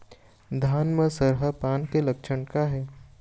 धान म सरहा पान के लक्षण का हे?